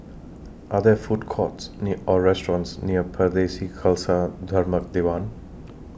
Are There Food Courts near Or restaurants near Pardesi Khalsa Dharmak Diwan